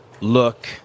Look